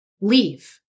leave